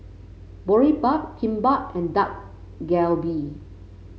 Boribap Kimbap and Dak Galbi